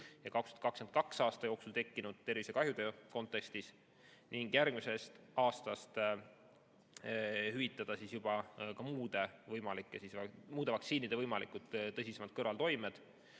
ja 2022. aasta jooksul tekkinud tervisekahjude kontekstis ning järgmisest aastast hüvitada ka muude vaktsiinide võimalikud tõsisemad kõrvaltoimed.